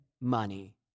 money